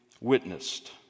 witnessed